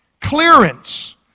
clearance